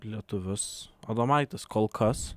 lietuvius adomaitis kol kas